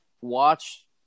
watch